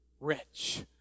rich